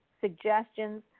suggestions